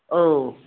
औ